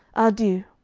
adieu!